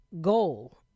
goal